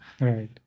Right